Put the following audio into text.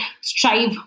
strive